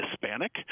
Hispanic